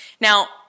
Now